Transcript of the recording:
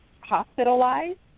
hospitalized